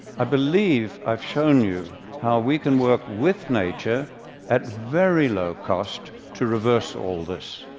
i believe i've shown you how we can work with nature at very low cost to reverse all this.